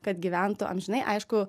kad gyventų amžinai aišku